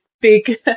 big